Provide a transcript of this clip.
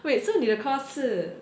wait so 你的 course 是